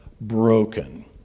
broken